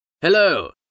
Hello